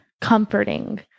comforting